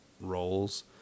roles